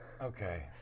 Okay